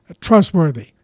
trustworthy